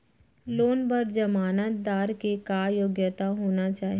Loan बर जमानतदार के का योग्यता होना चाही?